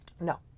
No